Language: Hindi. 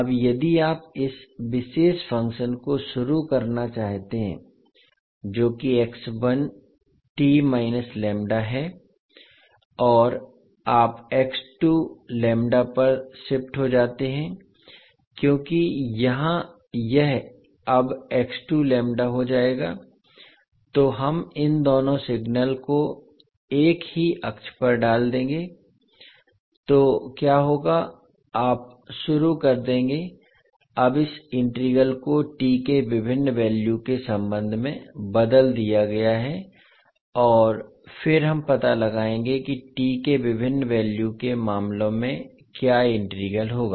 अब यदि आप इस विशेष फ़ंक्शन को शुरू करना चाहते हैं जो कि है और आप पर शिफ्ट हो जाते हैं क्योंकि यहां यह अब हो जाएगा तो हम इन दोनों सिग्नल को एक ही अक्ष पर डाल देंगे तो क्या होगा आप शुरू कर देंगे अब इस इंटीग्रल को t के विभिन्न वैल्यू के संबंध में बदल दिया गया है और फिर हम पता लगाएंगे कि t के विभिन्न वैल्यू के मामलों में क्या इंटीग्रल होगा